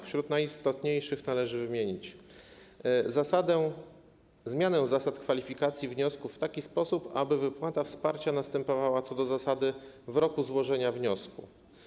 Wśród najistotniejszych należy wymienić zmianę zasad kwalifikacji wniosków w taki sposób, aby wypłata wsparcia następowała co do zasady w roku złożenia wniosku.